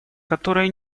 которое